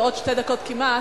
עוד שתי דקות כמעט,